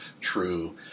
true